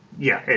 yeah.